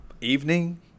Evening